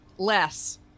Less